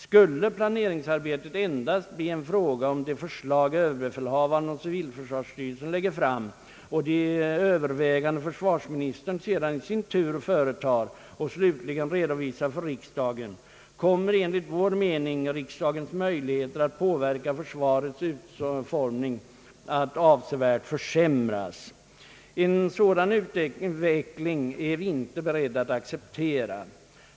Skulle planeringsarbetet endast bli en fråga om de förslag överbefälhavaren och civilförsvarsstyrelsen lägger fram och de överväganden försvarsministern sedan i sin tur företar och slutligen redovisar för riksdagen, kommer enligt vår mening riksdagens möjligheter att påverka försvarets utformning att avsevärt försämras. En sådan utveckling är vi inte beredda att acceptera.